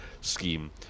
scheme